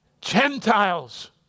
Gentiles